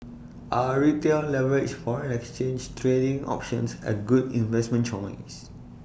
are retail leveraged foreign exchange trading options A good investment choice